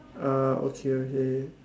uh okay okay